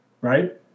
Right